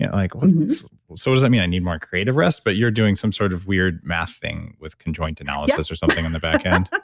and like what so does that mean? i need more creative rest? but you're doing some sort of weird math thing with conjoint analysis or something in the back end.